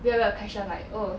weird weird question like oh